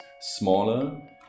smaller